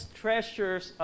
treasures